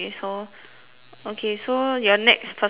okay so your next personal question